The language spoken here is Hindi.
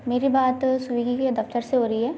मेरी बात स्विगी के दफ्तर से हो रही है